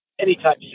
anytime